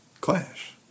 clash